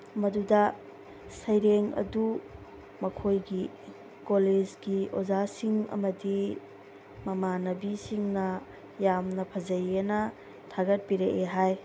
ꯃꯗꯨꯗ ꯁꯩꯔꯦꯡ ꯑꯗꯨ ꯃꯈꯣꯏꯒꯤ ꯀꯣꯂꯦꯖꯀꯤ ꯑꯣꯖꯥꯁꯤꯡ ꯑꯃꯗꯤ ꯃꯃꯥꯟꯅꯕꯤꯁꯤꯡꯅ ꯌꯥꯝꯅ ꯐꯖꯩꯑꯦꯅ ꯊꯥꯒꯠꯄꯤꯔꯛꯑꯦ ꯍꯥꯏ